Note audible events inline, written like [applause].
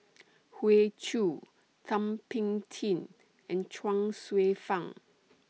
Hoey Choo Thum Ping Tjin and Chuang Hsueh Fang [noise]